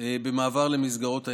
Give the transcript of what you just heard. במעבר למסגרות ההמשך.